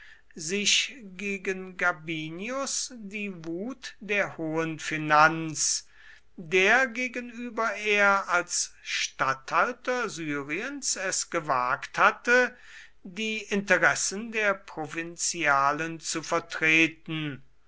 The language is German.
sich gegen gabinius die wut der hohen finanz der gegenüber er als statthalter syriens es gewagt hatte die interessen der provinzialen zu vertreten